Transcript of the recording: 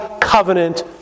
covenant